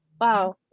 wow